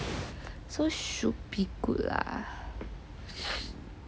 so should be good lah